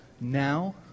now